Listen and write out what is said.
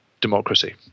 democracy